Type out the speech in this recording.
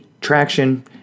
traction